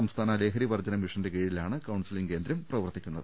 സംസ്ഥാന ലഹരിവർജ്ജന മിഷന്റെ കീഴിലാണ് കൌൺസലിംഗ് കേന്ദ്രം പ്രവർത്തിക്കുന്നത്